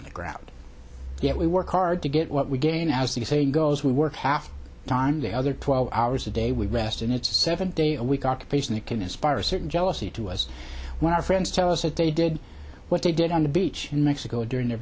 the ground yet we work hard to get what we gain as the saying goes we work half time the other twelve hours a day we rest and it's a seven day a week occupation that can inspire a certain jealousy to us when our friends tell us that they did what they did on the beach in mexico during their